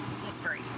history